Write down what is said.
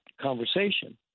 conversation –